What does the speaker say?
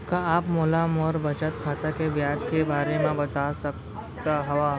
का आप मोला मोर बचत खाता के ब्याज के बारे म बता सकता हव?